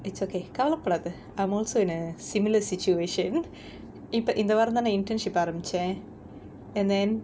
it's okay கவலப்படாத:kavalappadaatha I'm also in a similar situation இப்ப இந்த வாரம் தான் நான்:ippa intha vaaram thaan naan internship ஆரம்பிச்சேன்:aarambichaen and then